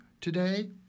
today